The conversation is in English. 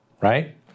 right